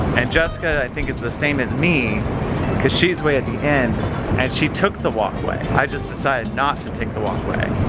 and jessica, i think, is the same as me cause she's way at the end and she took the walkway. i just decided not to take the walkway.